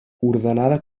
ordenada